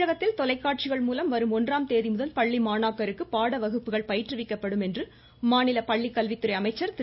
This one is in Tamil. தமிழகத்தில் தொலைக்காட்சிகள் மூலம் வரும் ஒன்றாம் தேதிமுதல் பள்ளி மாணாக்கருக்கு பாடவகுப்புகள் பயிற்றுவிக்கப்படும் என்று மாநில பள்ளிக்கல்வித்துறை அமைச்சர் திரு